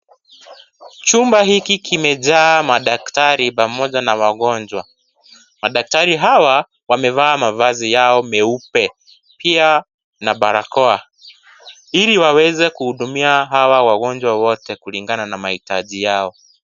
Chumba hiki kimejaa madktari pamoja na wagonjwa. Madaktari hawa wamevaa mavazi yao meupe, pia na barakoa iliwaweze kuhudumia hawa wagonjwa wote kulinganana mahitaji yao.